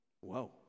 Whoa